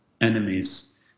enemies